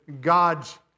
god's